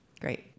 Great